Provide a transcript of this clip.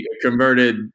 converted